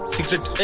Secret